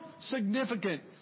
significant